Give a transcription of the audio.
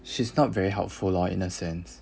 she's not very helpful lah in a sense